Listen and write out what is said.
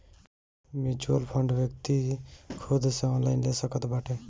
mutual fund व्यक्ति खुद से ऑनलाइन ले सकत बाटे